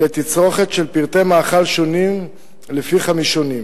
לתצרוכת של פריטי מאכל שונים לפי חמישונים.